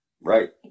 Right